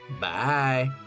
Bye